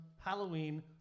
Halloween